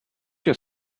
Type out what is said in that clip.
your